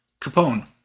Capone